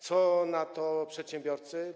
Co na to przedsiębiorcy?